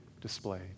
displayed